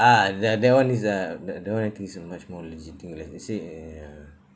ah that that one is a that that one I think so much more legit thing like to say ya